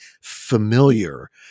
familiar